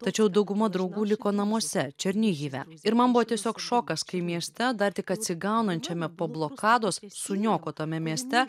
tačiau dauguma draugų liko namuose černihive ir man buvo tiesiog šokas kai mieste dar tik atsigaunančiame po blokados suniokotame mieste